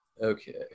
Okay